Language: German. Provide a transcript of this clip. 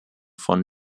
von